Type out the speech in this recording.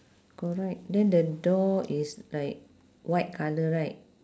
correct then the door is like white colour right